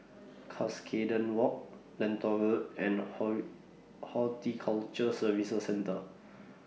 Cuscaden Walk Lentor Road and Ho Horticulture Services Centre